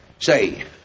Say